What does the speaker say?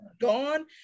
Gone